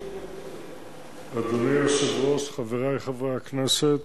אדוני היושב-ראש, חברי חברי הכנסת,